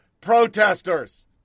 protesters